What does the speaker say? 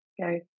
go